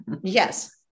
Yes